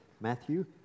Matthew